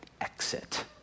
exit